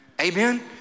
Amen